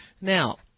now